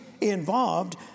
involved